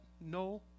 no